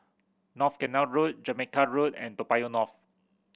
North Canal Road Jamaica Road and Toa Payoh North